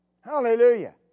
Hallelujah